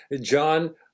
John